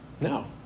No